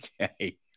okay